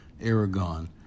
Aragon